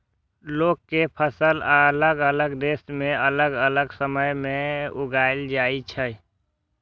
लौंग के फसल अलग अलग देश मे अलग अलग समय मे उगाएल जाइ छै